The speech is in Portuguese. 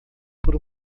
por